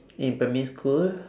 in primary school